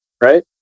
right